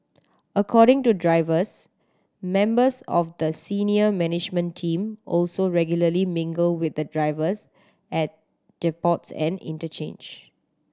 according to drivers members of the senior management team also regularly mingle with the drivers at depots and interchange